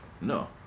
No